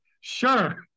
Sure